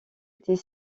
était